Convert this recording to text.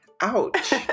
Ouch